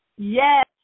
Yes